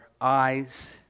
eyes